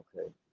Okay